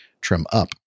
trim-up